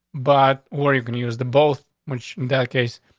but where you can use the both, which in that case,